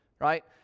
Right